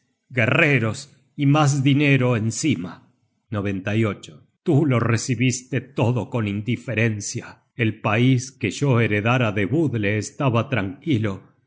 guerreros y mas dinero encima content from google book search generated at tú lo recibiste todo con indiferencia el pais que yo heredara du biidle estaba tranquilo